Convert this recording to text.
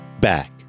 back